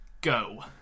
go